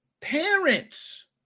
Parents